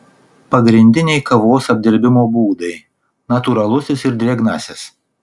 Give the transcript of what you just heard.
pagrindiniai kavos apdirbimo būdai natūralusis ir drėgnasis